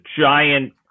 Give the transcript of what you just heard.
giant